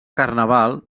carnaval